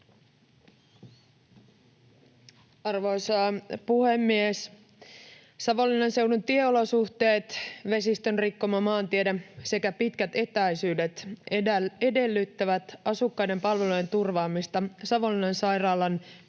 Arvoisa puhemies! Savonlinnan seudun tieolosuhteet, vesistön rikkoma maantiede sekä pitkät etäisyydet edellyttävät asukkaiden palvelujen turvaamista Savonlinnan sairaalan